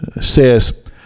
says